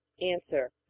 Answer